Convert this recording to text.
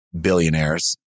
billionaires